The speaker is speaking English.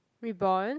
we bond